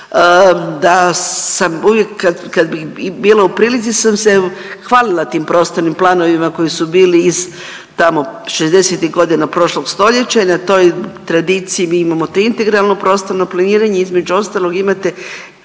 da sam uvijek kad, kad bih i bila u prilici sam se hvalila tim prostornim planovima koji su bili iz tamo 60-tih godina prošlog stoljeća i na toj tradiciji mi imamo to integralno prostorno planiranje, između ostalog imate,